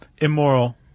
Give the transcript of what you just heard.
immoral